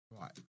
right